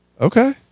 okay